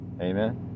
Amen